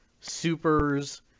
supers